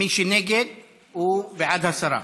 מי שנגד, הוא בעד הסרה.